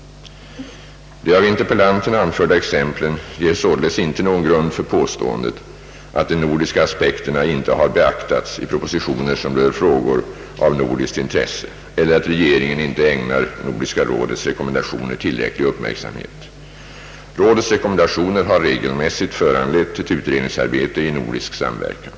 De av interpellanten anförda exemplen ger således inte någon grund för påståendet att de nordiska aspekterna inte har beaktats i propositioner som rör frågor av nordiskt intresse eller att regeringen inte ägnar Nordiska rådets rekommendationer tillräcklig uppmärksamhet. Rådets rekommendationer har regelmässigt föranlett ett utredningsarbete i nordisk samverkan.